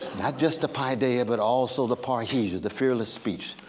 not just a paideia, but also the parrhesia, the fearless speech,